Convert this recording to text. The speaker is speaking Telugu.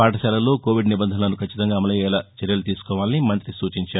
పాఠశాలల్లో కోవిడ్ నిబంధనలను కచ్చితంగా అమలయ్యేలా చర్యలు తీసుకోవాలని మంగ్రి సూచించారు